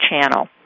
Channel